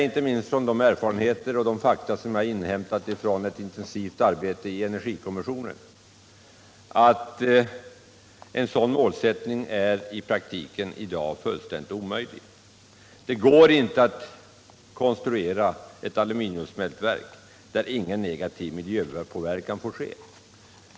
Inte minst med utgångspunkt från de fakta jag inhämtat genom ett intensivt arbete i energikommissionen kan jag säga, att en sådan målsättning i dag i praktiken är fullständigt omöjlig. Det går inte att konstruera ett aluminiumsmältverk som inte har någon negativ miljöpåverkan.